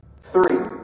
Three